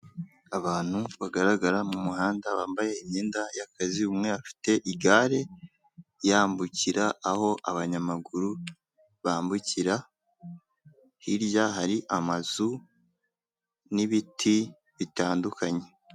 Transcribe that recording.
Abantu bagaragara mu muhanda bambaye imyenda y'akazi umwe afite igare yambukira aho abanyamaguru bambukira hirya hari amazu n'ibiti bitandukanye.